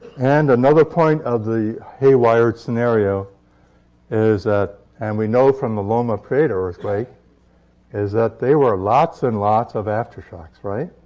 and another point of the haywired scenario is that and we know from the loma prieta earthquake is that there were lots and lots of aftershocks, right?